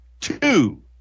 two